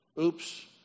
Oops